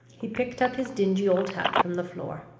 he picked up his dingy old hat from the floor.